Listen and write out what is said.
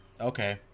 okay